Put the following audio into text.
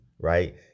right